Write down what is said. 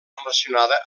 relacionada